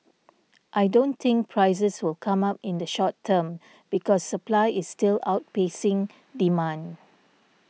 I don't think prices will come up in the short term because supply is still outpacing demand